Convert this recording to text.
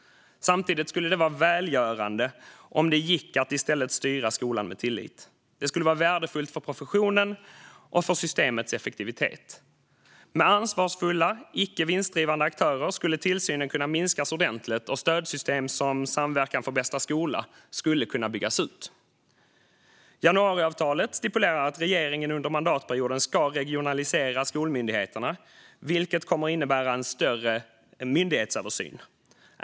Samtidigt skulle det vara välgörande om det gick att i stället styra skolan med tillit. Det skulle vara värdefullt för professionen och för systemets effektivitet. Med ansvarsfulla, icke vinstdrivande aktörer skulle tillsynen kunna minskas ordentligt och stödsystem som Samverkan för bästa skola skulle kunna byggas ut. Januariavtalet stipulerar att regeringen under mandatperioden ska regionalisera skolmyndigheterna, vilket kommer att innebära en större myndighetsöversyn.